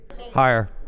higher